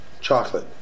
chocolate